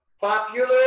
popular